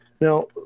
Now